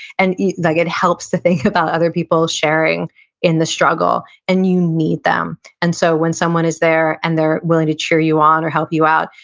and like it helps to think about other people sharing in the struggle, and you need them. and so, when someone is there and they're willing to cheer you on or help you out,